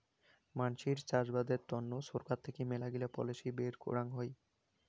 মানসির চাষবাসের তন্ন ছরকার থেকে মেলাগিলা পলিসি বের করাং হই